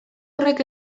horrek